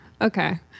Okay